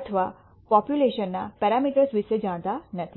અથવા પોપ્યુલેશનના પેરામીટર્સ વિશે જાણતા નથી